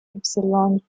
epsilon